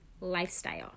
lifestyle